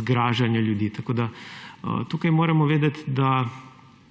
zgražanje ljudi. Tako moramo tukaj vedeti, da